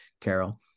carol